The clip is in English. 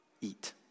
eat